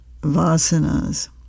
vasanas